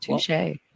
Touche